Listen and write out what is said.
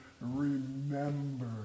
remember